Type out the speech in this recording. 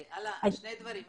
אלה, שני דברים.